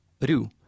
ru